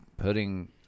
putting